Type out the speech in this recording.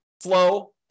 flow